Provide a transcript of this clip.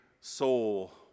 soul